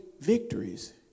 victories